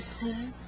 sir